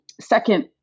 Second